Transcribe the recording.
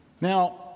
Now